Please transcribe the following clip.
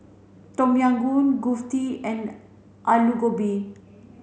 Tom Yam Goong Kulfi and Alu Gobi